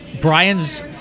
Brian's